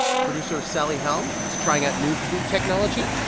producer sally helm is trying out new food technology.